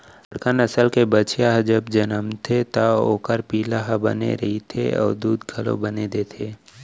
बड़का नसल के बछिया ह जब जनमथे त ओकर पिला हर बने रथे अउ दूद घलौ बने देथे